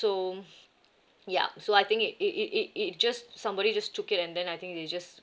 so ya so I think it it it it it just somebody just took it and then I think they just